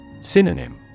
Synonym